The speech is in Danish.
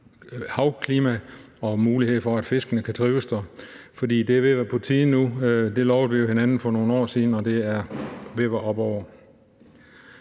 Østersøen og mulighed for, at fiskene kan trives dér. For det er ved at være på tide nu. Det lovede vi jo hinanden for nogle år siden, og det er ved at være oppe over.